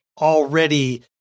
already